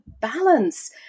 balance